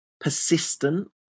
persistent